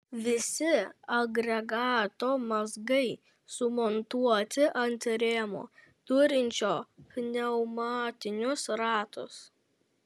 visi agregato mazgai sumontuoti ant rėmo turinčio pneumatinius ratus